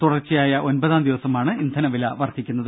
തുടർച്ചയായ ഒൻപതാം ദിവസമാണ് ഇന്ധനവില വർധിക്കുന്നത്